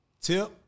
Tip